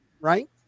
right